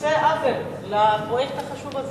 עושה עוול לפרויקט החשוב הזה.